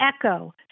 echo